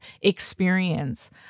experience